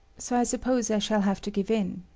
so i suppose i shall have to give in.